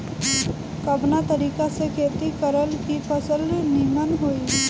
कवना तरीका से खेती करल की फसल नीमन होई?